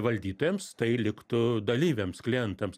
valdytojams tai ir liktų dalyviams klientams